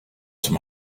zum